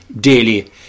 daily